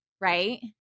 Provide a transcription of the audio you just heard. right